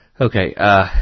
Okay